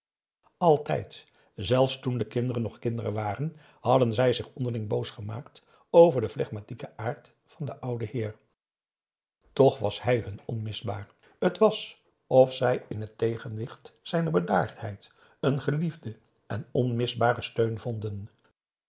altijd zelfs toen de kinderen nog kinderen waren hadden zij zich onderling boos gemaakt over den flegmatieken aard van den ouden heer toch was hij hun onmisbaar t was of zij in het tegenwicht zijner bedaardheid een geliefden en onmisbaren steun vonden